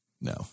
No